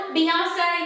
Beyonce